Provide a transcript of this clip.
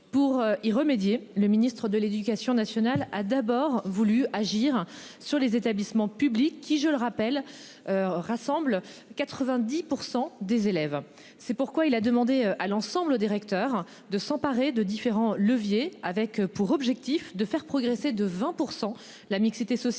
Pour y remédier, le ministre de l'éducation nationale a d'abord voulu agir sur les établissements publics qui je le rappelle. Rassemble 90% des élèves. C'est pourquoi il a demandé à l'ensemble directeur de s'emparer de différents leviers avec pour objectif de faire progresser de 20%. La mixité sociale